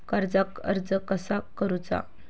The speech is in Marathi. कर्जाक अर्ज कसा करुचा?